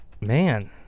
Man